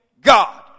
God